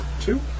Two